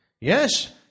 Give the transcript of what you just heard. Yes